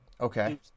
Okay